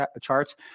charts